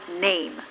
name